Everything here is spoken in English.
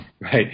Right